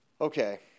Okay